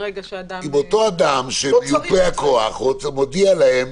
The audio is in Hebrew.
מיופה הכוח מודיע להם.